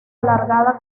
alargada